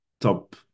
top